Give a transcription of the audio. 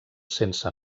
sense